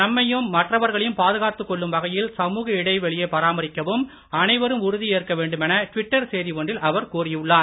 நம்மையும் மற்றவர்களையும் பாதுகாத்துக் கொள்ளும் வகையில் சமூக இடைவெளியைப் பராமரிக்கவும் அனைவரும் உறுதி ஏற்கவேண்டுமென ட்விட்டர் செய்தி ஒன்றில் அவர் கூறியுள்ளார்